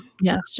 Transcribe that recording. yes